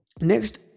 Next